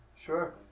Sure